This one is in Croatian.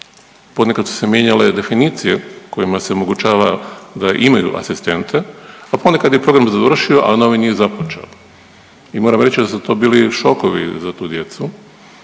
ponekad su se mijenjale definicije kojima se omogućava da imaju asistente, a ponekad je program završio, a novi nije započeo. I moram reći da su to bili šokovi za tu djecu.